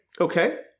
Okay